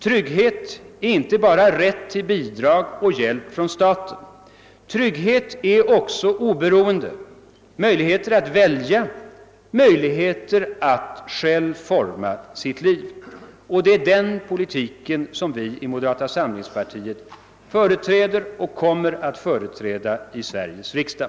Trygghet är inte bara rätt till bidrag och hjälp från staten; trygghet är också oberoende, möjligheter att välja, möjligheter att själv forma sitt liv, och det är den politiken som vi i moderata samlingspartiet företräder och kommer att företräda i Sveriges riksdag.